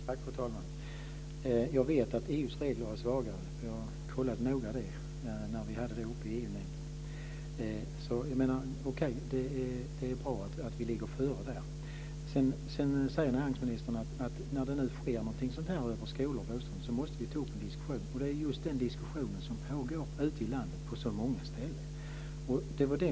Fru talman! Jag vet att EU:s regler är svagare. Det har jag noga kollat i samband med att vi hade frågan uppe i EU-nämnden. Det är bra att vi ligger före där. Näringsministern säger att om kraftledningar ligger över bostäder och skolor måste vi ta upp en diskussion. Det är just den diskussionen som pågår ute i landet på så många ställen.